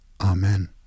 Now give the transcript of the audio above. Amen